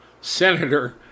senator